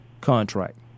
Contract